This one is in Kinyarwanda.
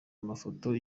amafoto